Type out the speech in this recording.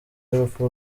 y’urupfu